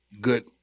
good